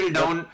down